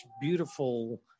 beautiful